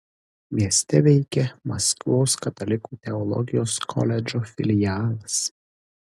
mieste veikia maskvos katalikų teologijos koledžo filialas